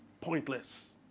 pointless